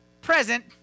present